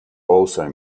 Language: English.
also